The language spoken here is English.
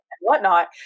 whatnot